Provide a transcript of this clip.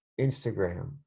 Instagram